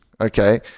Okay